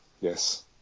yes